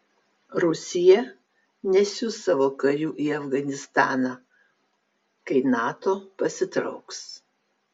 rusija nesiųs savo karių į afganistaną kai nato pasitrauks